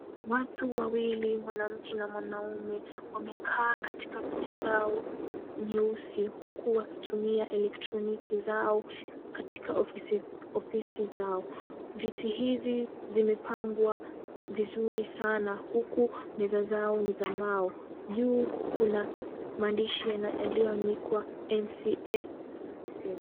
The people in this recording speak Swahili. Watu wa wili, mwanamke na mwanaume, wamekaa katika viti zao nyeusi huku wakitumia elektroniki zao katika ofisi zao. Viti hizi zimepangwa vizuri sana, huku meza zao ni za mbao. Juu kuna mandishi yaliyoandikwa, NCA Services.